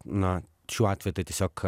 na šiuo atveju tai tiesiog